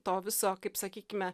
to viso kaip sakykime